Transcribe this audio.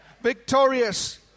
victorious